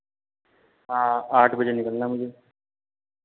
हाँ आठ बजे निकलना मुझे